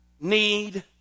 need